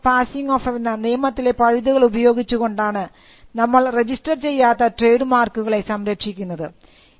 relief of passing off എന്ന നിയമത്തിലെ പഴുതുകൾ ഉപയോഗിച്ച് കൊണ്ടാണ് നമ്മൾ രജിസ്റ്റർ ചെയ്യാത്ത ട്രേഡ് മാർക്കുകളെ സംരക്ഷിക്കുന്നത്